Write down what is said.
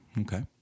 Okay